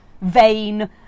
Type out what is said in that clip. vain